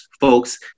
folks